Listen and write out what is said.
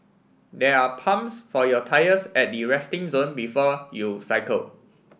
there are pumps for your tyres at the resting zone before you cycle